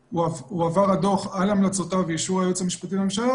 הועבר הדוח על המלצותיו באישור היועץ המשפטי לממשלה